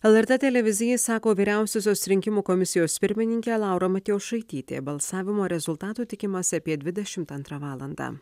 lrt televizijai sako vyriausiosios rinkimų komisijos pirmininkė laura matjošaitytė balsavimo rezultatų tikimasi apie dvidešimt antrą valandą